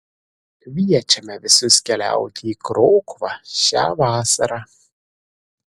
kviečiame visus keliauti į krokuvą šią vasarą